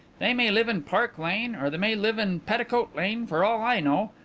they may live in park lane or they may live in petticoat lane for all i know.